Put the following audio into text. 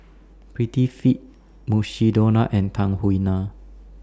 Prettyfit Mukshidonna and Tahuna